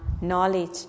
knowledge